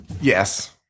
Yes